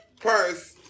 purse